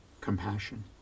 compassion